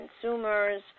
consumers